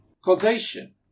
causation